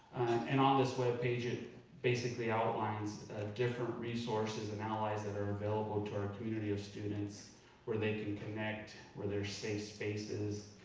and on this webpage it basically outlines different resources and allies that are available to our community of students where they can connect, where there's safe spaces.